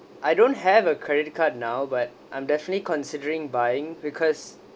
I don't have a credit card now but I'm definitely considering buying because